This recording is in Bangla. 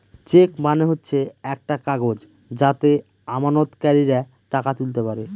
চেক মানে হচ্ছে একটা কাগজ যাতে আমানতকারীরা টাকা তুলতে পারে